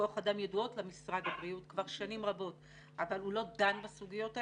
כוח-אדם ידועות למשרד הבריאות כבר שנים רבות אבל הוא לא דן בסוגיות האלה,